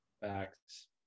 Facts